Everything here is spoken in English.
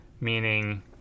meaning